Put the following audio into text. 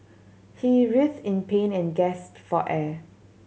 he writhed in pain and gasped for air